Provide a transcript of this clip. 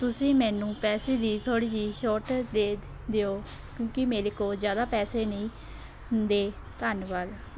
ਤੁਸੀਂ ਮੈਨੂੰ ਪੈਸੇ ਦੀ ਥੋੜ੍ਹੀ ਜਿਹੀ ਛੋਟ ਦੇ ਦਿਓ ਕਿਉਂਕਿ ਮੇਰੇ ਕੋਲ ਜ਼ਿਆਦਾ ਪੈਸੇ ਨਹੀਂ ਹੁੰਦੇ ਧੰਨਵਾਦ